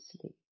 sleep